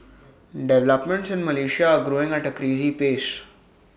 developments in Malaysia are growing at A crazy pace